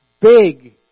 big